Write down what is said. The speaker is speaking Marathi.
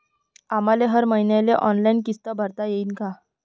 आम्हाले हर मईन्याले ऑनलाईन किस्त भरता येईन का?